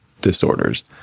disorders